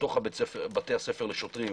לבתי הספר לשוטרים